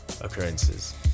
occurrences